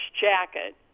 jacket